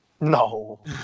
No